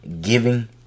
giving